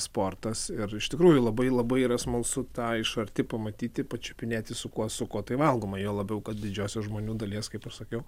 sportas ir iš tikrųjų labai labai yra smalsu tą iš arti pamatyti pačiupinėti su kuo su kuo tai valgoma juo labiau kad didžiosios žmonių dalies kaip aš sakiau